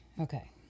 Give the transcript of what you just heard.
Okay